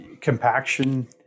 compaction